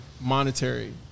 monetary